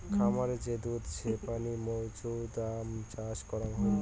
খামারে যে দুধ ছেপনি মৌছুদাম চাষ করাং হই